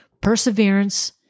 perseverance